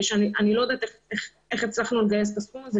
אני לא יודעת איך הצלחנו לגייס את הסכום הזה,